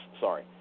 sorry